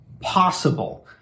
possible